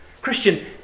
Christian